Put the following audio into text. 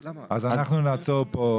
אם כן, אנחנו נעצור כאן.